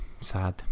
Sad